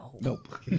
Nope